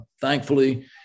thankfully